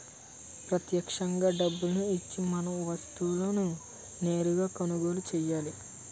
ప్రత్యక్షంగా డబ్బులు ఇచ్చి మనం వస్తువులను నేరుగా కొనుగోలు చేయాలి